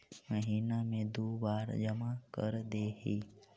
महिना मे दु बार जमा करदेहिय?